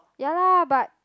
ya lah but